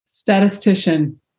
Statistician